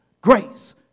grace